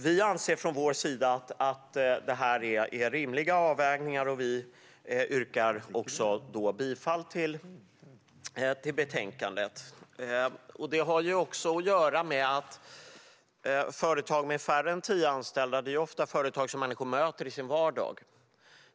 Vi anser från vår sida att det här är rimliga avvägningar. Jag yrkar bifall till förslaget i betänkandet. Det har också att göra med att företag med färre än tio anställda ofta är företag som människor möter i sin vardag.